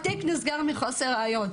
התיק נסגר מחוסר ראיות.